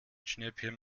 schnäppchen